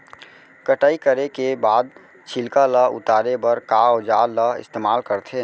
कटाई करे के बाद छिलका ल उतारे बर का औजार ल इस्तेमाल करथे?